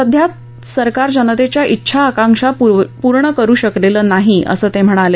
सध्याचं सरकार जनतेच्या इच्छा आकांक्षा पूर्ण करु शकलेलं नाही असं ते म्हणाले